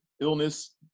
illness